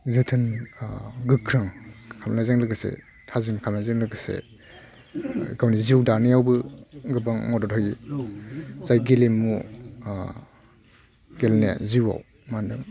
जोथोन गोख्रों खालामनायजों लोगोसे थाजिम खालामनायजों लोगोसे गावनि जिउ दानायावबो गोबां मदद होयो जाय गेलेमु गेलेनाया जिउआव मा होनदों